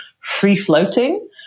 free-floating